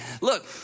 look